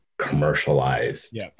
commercialized